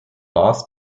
last